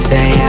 Say